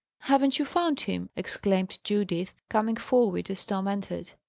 haven't you found him? exclaimed judith, coming forward as tom entered.